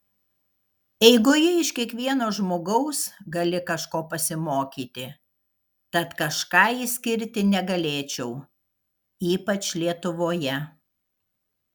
eigoje iš kiekvieno žmogaus gali kažko pasimokyti tad kažką išskirti negalėčiau ypač lietuvoje